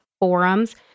forums